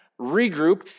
regroup